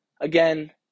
Again